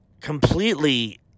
completely